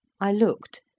i looked,